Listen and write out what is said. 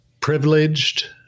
privileged